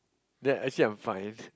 that actually I'm fine